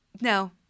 No